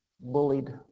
bullied